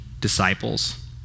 disciples